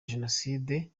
jenoside